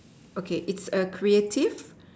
okay it's a creative